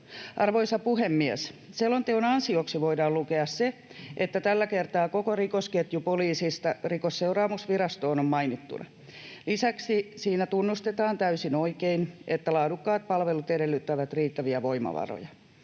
Arvoisa puhemies! Selonteon ansioksi voidaan lukea se, että tällä kertaa koko rikosketju poliisista Rikosseuraamusvirastoon on mainittuna. Lisäksi siinä tunnustetaan täysin oikein, että laadukkaat palvelut edellyttävät riittäviä voimavaroja.